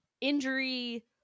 injury